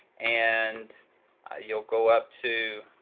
and you'll go up to